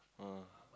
ah